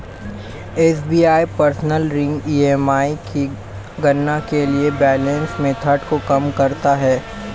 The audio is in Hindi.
एस.बी.आई पर्सनल ऋण ई.एम.आई की गणना के लिए बैलेंस मेथड को कम करता है